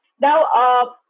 Now